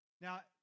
Now